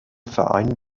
verein